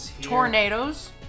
Tornadoes